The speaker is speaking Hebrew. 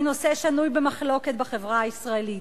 היא נושא שנוי במחלוקת בחברה הישראלית,